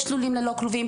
יש לולים ללא כלובים,